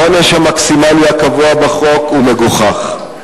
העונש המקסימלי הקבוע בחוק הוא מגוחך,